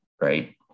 right